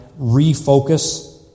Refocus